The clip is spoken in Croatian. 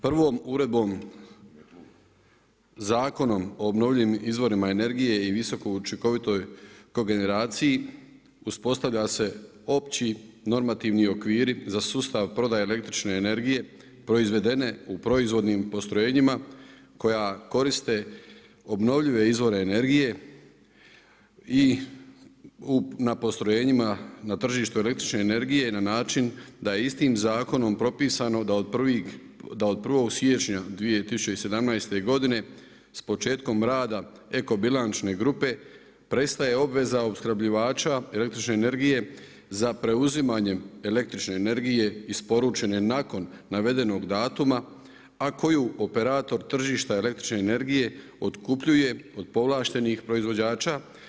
Prvom uredbom Zakonom o obnovljivim izvorima energije i visoko učinkovitoj kogeneraciji uspostavljaju se opći normativni okviri za sustav prodaje električne energije proizvedene u proizvodnim postrojenjima koja koriste obnovljive izvore energije i na postrojenjima na tržištu električne energije na način da je istim zakonom propisano da od 1. siječnja 2017. godine s početkom rada eko bilančne grupe prestaje obveza opskrbljivača električne energije za preuzimanjem električne energije isporučene nakon navedenog datuma, a koju operator tržišta električne energije otkupljuje od povlaštenih proizvođača.